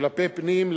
כלפי פנים,